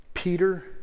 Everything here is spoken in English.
Peter